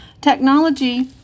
technology